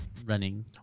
running